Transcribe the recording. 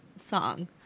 song